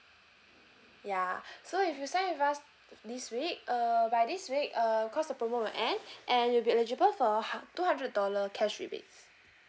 ya so if you sign up with us this week err by this week err cause the promo will end and you'll be eligible for hun~ two hundred dollar cash rebates